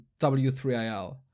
W3IL